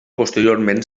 posteriorment